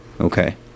okay